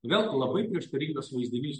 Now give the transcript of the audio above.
vėl labai prieštaringas vaizdinys